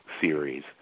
series